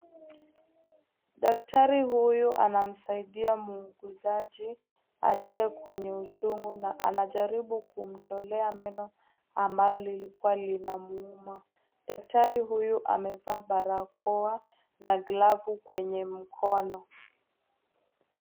Daktari huyu anamsaidia muuguzaji aliye kwenye uchungu na anajaribu kumtoa meno ambayo lilikuwa linamuuma. Daktari huyu amevaa barakoa na glavu kwenye mkono.